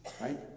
Right